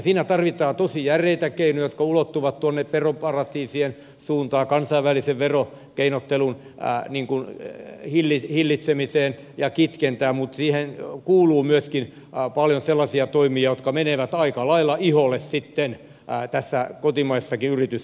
siinä tarvitaan tosi järeitä keinoja jotka ulottuvat tuonne veroparatiisien suuntaan kansainvälisen verokeinottelun hillitsemiseen ja kitkentään mutta siihen kuuluu myöskin paljon sellaisia toimia jotka menevät aika lailla iholle tässä kotimaisessakin yritystoiminnassa